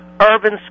urban